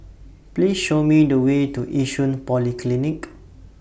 Please Show Me The Way to Yishun Polyclinic